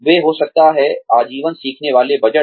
वे हो सकता है आजीवन सीखने वाले बजट